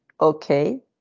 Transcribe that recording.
okay